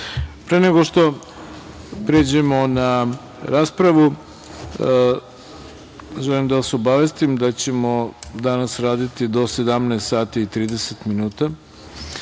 nego što pređemo na raspravu, želim da vas obavestim da ćemo danas raditi do 17.30 časova,